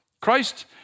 Christ